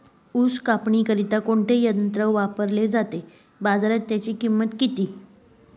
ऊस कापणीकरिता कोणते यंत्र वापरले जाते? बाजारात त्याची किंमत किती?